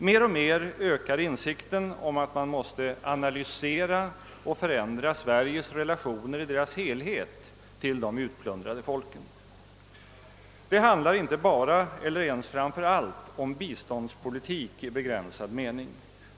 Mer och mer ökar insikten om att man måste analysera och förändra Sveriges relationer i deras helhet till de utplundrade folken. Det handlar inte bara eller ens framför allt om biståndspolitik i begränsad mening.